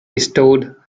restored